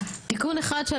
תיקון אחד של